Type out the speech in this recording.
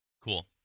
Cool